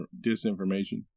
disinformation